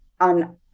on